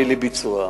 והיא לביצוע.